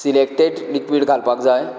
selected liquid घालपाक जाय